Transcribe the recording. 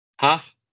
Half